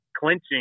clinching